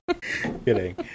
Kidding